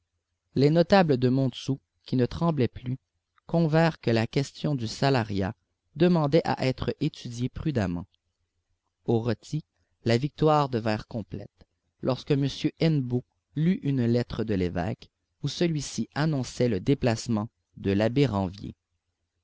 les notables de montsou qui ne tremblaient plus convinrent que la question du salariat demandait à être étudiée prudemment au rôti la victoire devint complète lorsque m hennebeau lut une lettre de l'évêque où celui-ci annonçait le déplacement de l'abbé ranvier